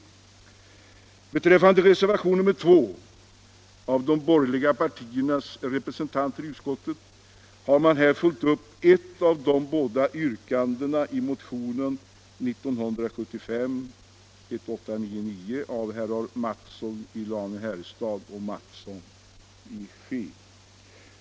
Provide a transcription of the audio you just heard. I reservation 2 har de borgerliga partiernas representanter i utskottet följt upp ett av de båda yrkandena i motion 1975:1899 av herrar Mattsson i Lane-Herrestad och Mattsson i Skee.